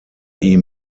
ihm